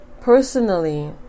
Personally